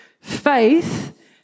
faith